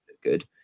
good